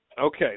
Okay